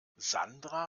sandra